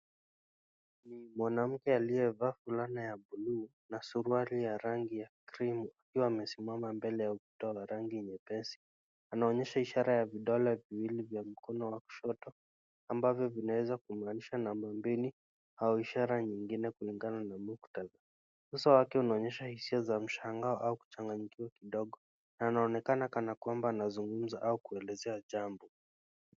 Mwanamke aliyevaa fulana ya buluu na suruali ya rangi ya krimu, akiwa amesimama mbele ya ukuta wa rangi nyepesi. Anaonyesha ishara ya vidole viwili vya mkono wa kushoto, ambavyo vinaweza kumanisha namba mbili au ishara nyingine kulingana na muktadha. Uso wake unaonesha hisia za mshangao au kuchanganyikiwa kidogo. Anaonekana kana kwamba anazungumza ua kuelezea jambo.